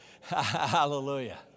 Hallelujah